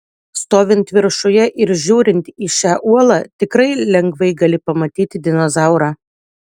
stovint viršuje ir žiūrint į šią uolą tikrai lengvai gali pamatyti dinozaurą